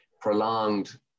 prolonged